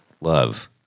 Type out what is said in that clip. love